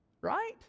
Right